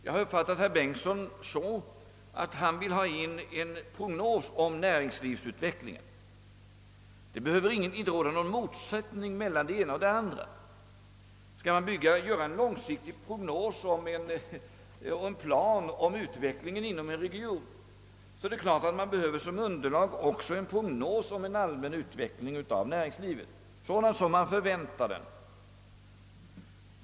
Jag har uppfattat herr Bengtson så att han vill ha in en prognos om näringslivsutvecklingen. Det behöver inte råda någon motsättning mellan det ena och det andra. Skall man göra en långsiktig prognos eller en plan om utvecklingen inom en region, så är det klart att man som underlag även behöver en allmän prognos om utvecklingen av näringslivet.